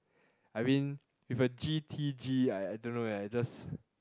I mean with a G_T_G I I don't know eh I just